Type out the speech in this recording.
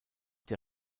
der